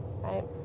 right